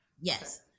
Yes